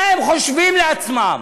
מה הם חושבים לעצמם,